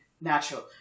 natural